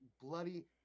bloody